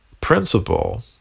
principle